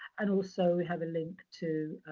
and also we have a link to